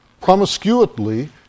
promiscuously